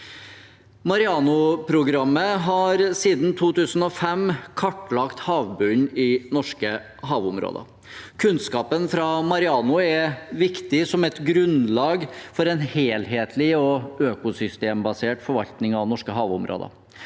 Mareano-programmet har siden 2005 kartlagt havbunnen i norske havområder. Kunnskapen fra Mareano er viktig som et grunnlag for en helhetlig og økosystembasert forvaltning av norske havområder.